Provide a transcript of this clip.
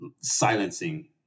silencing